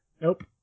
nope